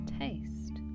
taste